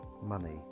money